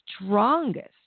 strongest